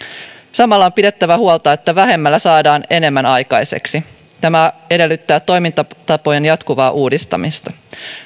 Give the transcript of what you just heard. samalla on pidettävä huolta että vähemmällä saadaan enemmän aikaiseksi tämä edellyttää toimintatapojen jatkuvaa uudistamista